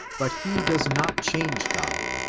but he does not change god,